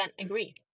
agree